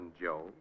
Joe